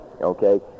okay